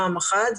פעם אחת,